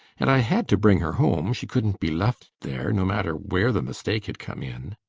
and i had to bring her home. she couldn't be left there, no matter where the mistake had come in.